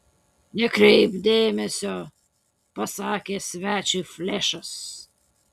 nekreipk dėmesio pasakė svečiui flešas